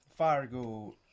Fargo